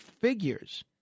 figures